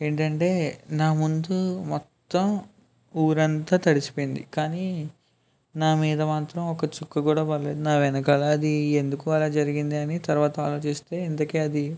ఏంటంటే నా ముందు మొత్తం ఊరంతా తడిసిపోయింది కానీ నా మీద మాత్రం ఒక చుక్క కూడా పడలేదు నా వెనకాల అది ఎందుకు అలా జరిగిందని తరువాత ఆలోచిస్తే ఇంతకీ అది